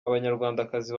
abanyarwandakazi